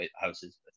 houses